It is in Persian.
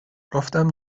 گفتم